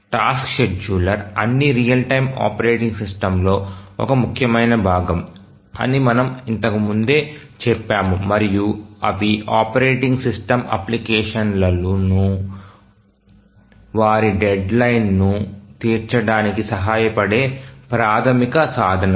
task scheduler అన్ని real time operating సిస్టమ్స్లో ఒక ముఖ్యమైన భాగం అని మనము ఇంతకు ముందే చెప్పాము మరియు అవి ఆపరేటింగ్ సిస్టమ్ అప్లికేషన్లను వారి డెడ్లైన్ను తీర్చడానికి సహాయపడే ప్రాథమిక సాధనాలు